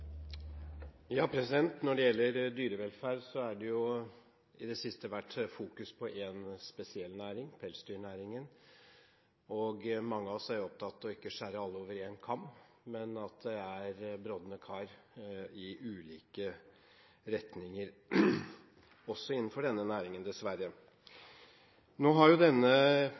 Når det gjelder dyrevelferd, har det i det siste vært fokusert på en spesiell næring, pelsdyrnæringen. Mange av oss er opptatt av ikke å skjære alle over én kam, men det er brodne kar i ulike retninger – også innenfor denne næringen, dessverre. Nå har